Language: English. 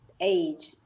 age